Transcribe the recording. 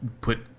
put